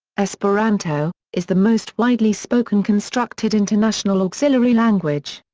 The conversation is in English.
esperanto is the most widely spoken constructed international auxiliary language.